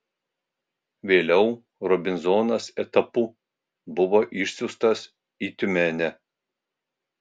vėliau robinzonas etapu buvo išsiųstas į tiumenę